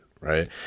right